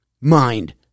mind